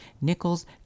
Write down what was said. nickels